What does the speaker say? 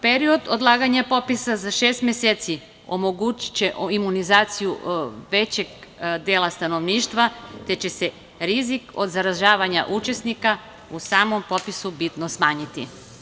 Period odlaganja popisa za šest meseci omogući će imunizaciju većeg dela stanovništva te će se rizik od zaražavanja učesnika u samom popisu bitno smanjiti.